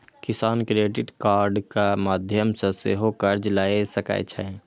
किसान क्रेडिट कार्डक माध्यम सं सेहो कर्ज लए सकै छै